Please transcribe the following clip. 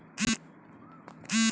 डेबिटे क तरह क्रेडिटो कार्ड होला